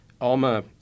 ALMA